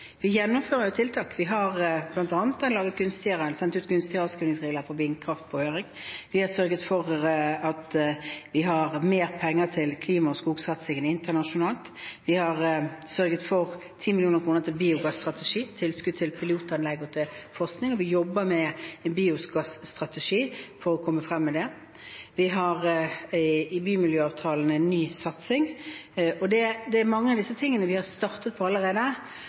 Vi gjennomfører tiltak. Vi har bl.a. sendt ut forslag om gunstigere avskrivningsregler for vindkraft på høring. Vi har sørget for at vi har mer penger til klima- og skogsatsingen internasjonalt. Vi har sørget for 10 mill. kr til biogasstrategi, tilskudd til pilotanlegg og til forskning – vi jobber med en biogasstrategi for å komme frem med det. Vi har i bymiljøavtalene en ny satsing. Mange av disse tingene har vi startet på allerede. Det er sånn at med det statsbudsjettet som er